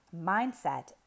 mindset